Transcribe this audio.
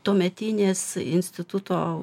tuometinės instituto